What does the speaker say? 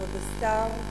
כבוד השר,